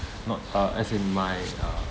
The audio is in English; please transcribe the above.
not uh as in my uh